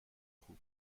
خوب